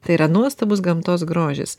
tai yra nuostabus gamtos grožis